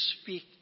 speak